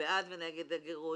בעד ונגד הגירוש,